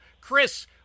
Chris